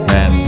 Man